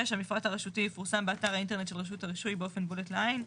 6. המפרט הרשותי יפורסם באתר האינטרנט של רשות הרישוי באופן בולט לעין.